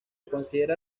considera